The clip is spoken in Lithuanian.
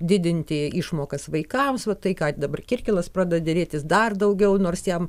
didinti išmokas vaikams va tai ką dabar kirkilas pradeda derėtis dar daugiau nors jam